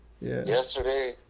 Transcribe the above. yesterday